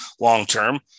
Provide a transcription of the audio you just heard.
long-term